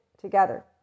together